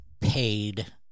paid